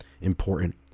important